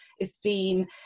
esteem